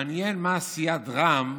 מעניין מה סיעת רע"מ